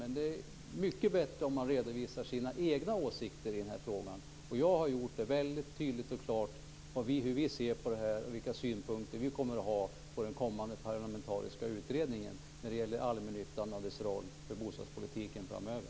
Men det vore mycket bättre om man redovisar sina egna åsikter i den här frågan. Jag har väldigt tydligt och klart redovisat hur vi i Vänsterpartiet ser på detta och vilka synpunkter vi kommer att ha på den kommande parlamentariska utredningen när det gäller allmännyttan och dess roll för bostadspolitiken framöver.